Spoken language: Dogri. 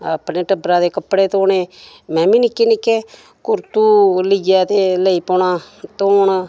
अपने टब्बरा दे कपडे़ धोने में मी नि'क्के नि'क्के कुरतू लेइयै ते लेई पौना धोन